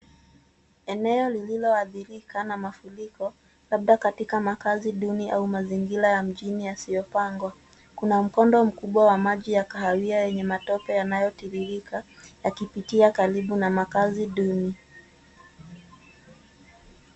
Eneo lililoathirika na mafuriko labda katika makazi duni au mazingira ya mjini yasiyopangwa. Kuna mkondo mkubwa wa maji ya kahawia yenye matope yanayotiririka yakipitia karibu na makazi duni.